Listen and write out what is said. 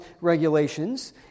regulations